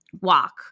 walk